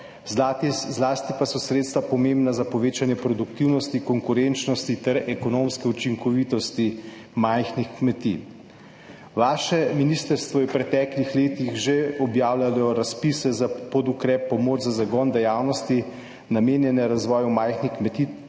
zlasti pa so sredstva pomembna za povečanje produktivnosti, konkurenčnosti ter ekonomske učinkovitosti majhnih kmetij. Vaše ministrstvo je v preteklih letih že objavljalo razpise za podukrep pomoč za zagon dejavnosti, namenjene razvoju majhnih kmetij,